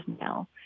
now